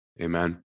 Amen